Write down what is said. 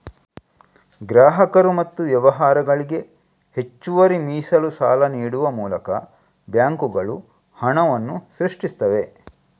ಗ್ರಾಹಕರು ಮತ್ತು ವ್ಯವಹಾರಗಳಿಗೆ ಹೆಚ್ಚುವರಿ ಮೀಸಲು ಸಾಲ ನೀಡುವ ಮೂಲಕ ಬ್ಯಾಂಕುಗಳು ಹಣವನ್ನ ಸೃಷ್ಟಿಸ್ತವೆ